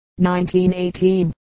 1918